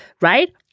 right